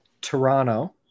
Toronto